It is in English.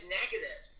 negative